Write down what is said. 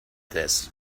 this